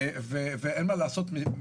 ואין מה לעשות,